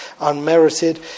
unmerited